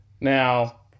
Now